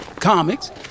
comics